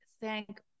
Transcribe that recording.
thank